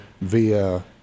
via